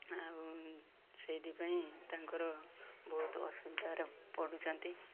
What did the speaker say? ଆଉ ସେଇଥିପାଇଁ ତାଙ୍କର ବହୁତ ଅସୁବିଧାରେ ପଡ଼ୁଛନ୍ତି